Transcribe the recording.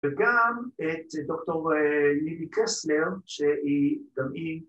וגם את דוקטור לידי קסלר שהיא גם היא